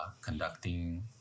conducting